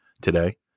today